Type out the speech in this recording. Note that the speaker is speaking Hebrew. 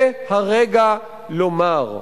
זה הרגע לומר: